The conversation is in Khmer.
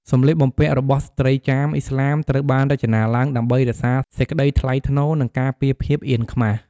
សម្លៀកបំពាក់របស់ស្ត្រីចាមឥស្លាមត្រូវបានរចនាឡើងដើម្បីរក្សាសេចក្តីថ្លៃថ្នូរ និងការពារភាពអៀនខ្មាស។